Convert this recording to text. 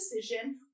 decision